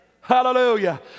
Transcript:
Hallelujah